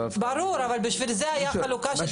ברור, אבל בשביל זה הייתה חלוקה.